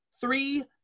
Three